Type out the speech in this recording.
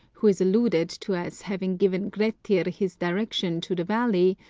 who is alluded to as having given grettir his direction to the valley,